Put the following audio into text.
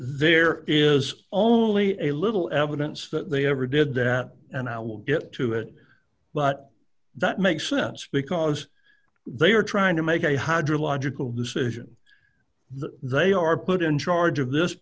there is only a little evidence that they ever did that and i will get to that but that makes sense because they are trying to make a hydrological decision that they are put in charge of this